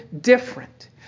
different